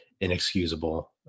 inexcusable